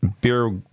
beer